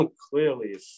clearly